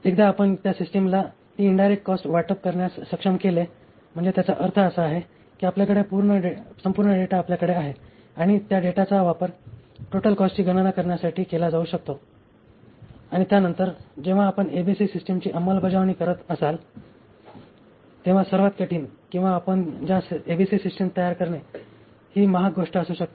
एकदा आपण त्या सिस्टमला ती इनडायरेक्ट कॉस्ट वाटप करण्यास सक्षम केले म्हणजे त्याचा अर्थ असा आहे की संपूर्ण डेटा आपल्याकडे आहे आणि त्या डेटाचा वापर टोटल कॉस्टची गणना करण्यासाठी केला जाऊ शकतो आणि त्यानंतर जेव्हा आपण एबीसी सिस्टमची अंमलबजावणी करात असाल तेव्हा सर्वात कठीण किंवा आपण ज्या एबीसी सिस्टम तयार करणे ही सर्वात महाग गोष्ट असू शकते